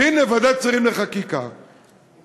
והנה, ועדת שרים לחקיקה מתנגדת.